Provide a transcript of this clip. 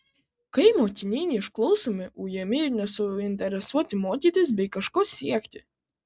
kai mokiniai neišklausomi ujami ir nesuinteresuoti mokytis bei kažko siekti